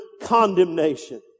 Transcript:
condemnation